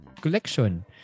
collection